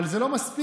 אבל זה לא מספיק,